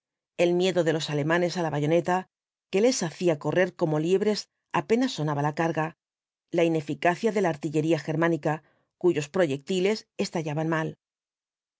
el miedo de los alemanes á la bayoneta que les hacía correr como liebres apenas sonaba la carga la ineficacia de la artillería germánica cuyos proyectiles estallaban mal